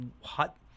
hot